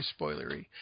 spoilery